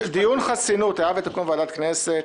שדיון חסינות, היה ותקום ועדת כנסת,